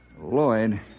Lloyd